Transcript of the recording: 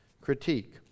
critique